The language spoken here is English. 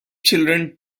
children